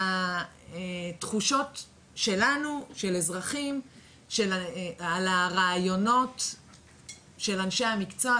התחושות שלנו של אזרחים על הרעיונות של אנשי המקצוע.